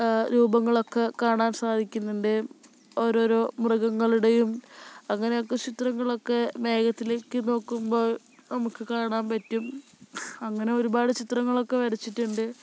രൂപങ്ങളൊക്കെ കാണാൻ സാധിക്കുന്നുണ്ട് ഓരോരോ മൃഗങ്ങളുടെയും അങ്ങനെയൊക്കെ ചിത്രങ്ങളൊക്കെ മേഘത്തിലേക്ക് നോക്കുമ്പോൾ നമുക്ക് കാണാൻ പറ്റും അങ്ങനെ ഒരുപാട് ചിത്രങ്ങളൊക്കെ വരച്ചിട്ടുണ്ട്